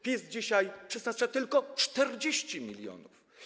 PiS dzisiaj przeznacza tylko 40 mln.